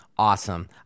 awesome